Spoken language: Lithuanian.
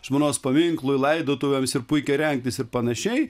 žmonos paminklui laidotuvėms ir puikiai rengtis ir panašiai